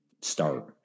start